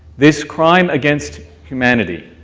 this crime against humanity,